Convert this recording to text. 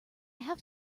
have